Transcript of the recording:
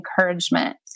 encouragement